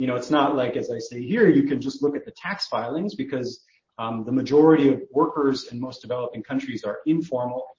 you know it's not like, as i say here, you can just look at the tax filings because the majority of workers in most developing countries are informal,